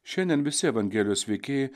šiandien visi evangelijos veikėjai